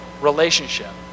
relationship